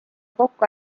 kokku